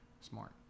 Smart